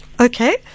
Okay